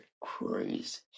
Crazy